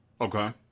Okay